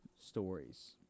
stories